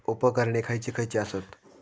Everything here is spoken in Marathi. उपकरणे खैयची खैयची आसत?